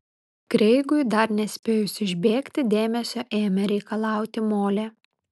kreigui dar nespėjus išbėgti dėmesio ėmė reikalauti molė